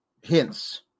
hints